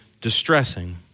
distressing